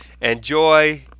enjoy